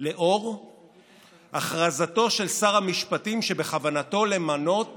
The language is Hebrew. לאור הכרזתו של שר המשפטים שבכוונתו למנות